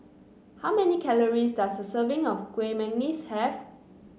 how many calories does a serving of Kueh Manggis have